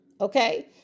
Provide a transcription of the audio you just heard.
Okay